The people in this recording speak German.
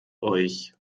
euch